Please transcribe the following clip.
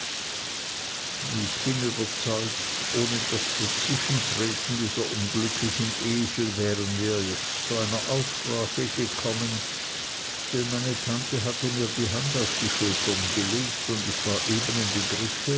ich bin überzeugt ohne das dazwischentreten dieser unglückseligen esel wären wir jetzt zu einer aussprache gekommen denn meine tante hatte mir die hand auf die schultern gelegt und ich war eben im begriffe